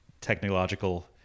technological